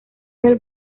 del